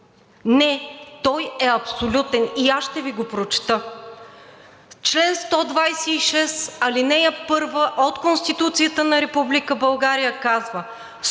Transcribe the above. Не, той е абсолютен! И аз ще Ви го прочета, чл. 126, ал. 1 от Конституцията на Република България казва: